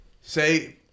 say